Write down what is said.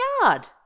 yard